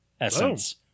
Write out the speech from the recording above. essence